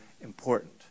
important